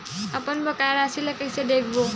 अपन बकाया राशि ला कइसे देखबो?